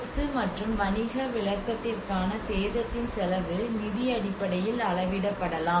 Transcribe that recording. சொத்து மற்றும் வணிக விளக்கத்திற்கான சேதத்தின் செலவு நிதி அடிப்படையில் அளவிடப்படலாம்